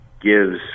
gives